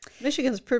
Michigan's